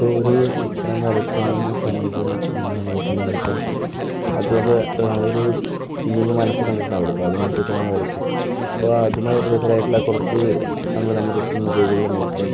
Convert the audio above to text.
ഇപ്പോൾ ഒരു ചിത്രം വരയ്ക്കാവുന്ന സമയത്ത് നമ്മൾ നോക്കുന്നെന്നു വെച്ചാൽ അതിപ്പം നമ്മളൊരു തീം മനസ്സിൽ കണ്ടിട്ടുണ്ടാകുമല്ലോ ഇപ്പം അതിനനുസരിച്ച് നമ്മൾ വരയ്ക്കും ഇപ്പോൾ അതുമായി റിലേറ്റഡ് ആയിട്ടുള്ള കുറച്ച് ചിത്രങ്ങൾ നമ്മൾ ജസ്റ്റ് ഒന്നു ഗൂഗിളിൽ നോക്കും